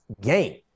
game